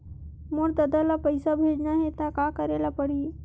मोर ददा ल पईसा भेजना हे त का करे ल पड़हि?